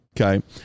okay